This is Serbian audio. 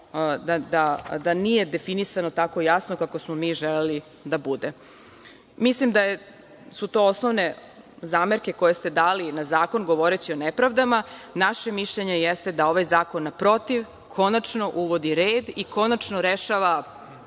da nije definisano tako jasno kako smo mi želeli da bude. Mislim da su to osnovne zamerke koje ste dali na zakon, govoreći o nepravdama. Naše mišljenje jeste da ovaj zakon, naprotiv, konačno uvodi red i konačno rešava